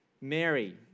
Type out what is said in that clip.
Mary